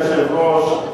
אדוני היושב-ראש,